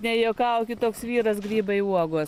nejuokaukit toks vyras grybai uogos